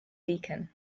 deacon